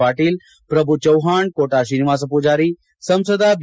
ಪಾಟೀಲ್ ಪ್ರಭುಚವ್ವಾಣ್ ಕೋಟಾ ಶ್ರೀನಿವಾಸ ಪೂಜಾರಿ ಸಂಸದ ಬಿ